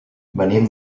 venim